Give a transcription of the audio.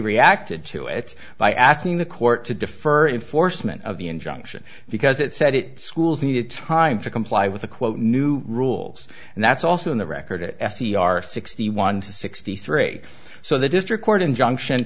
reacted to it by asking the court to defer enforcement of the injunction because it said it schools needed time to comply with the quote new rules and that's also in the record s c r sixty one to sixty three so the district court injunction